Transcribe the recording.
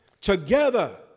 together